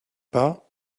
pas